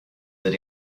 that